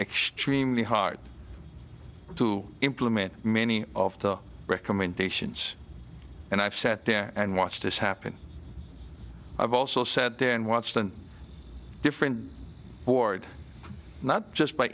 extremely hard to implement many of the recommendations and i've sat there and watched this happen i've also set then watched a different board not just by